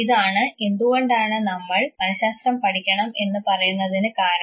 ഇതാണ് എന്തുകൊണ്ട് നമ്മൾ മനഃശാസ്ത്രം പഠിക്കണം എന്ന് പറയുന്നതിന് കാരണം